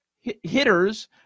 hitters